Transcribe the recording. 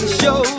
show